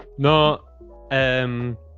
No